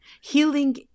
Healing